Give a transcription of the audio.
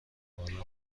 حالا